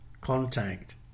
contact